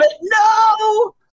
No